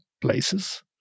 places